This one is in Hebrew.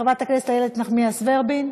חברת הכנסת איילת נחמיאס ורבין,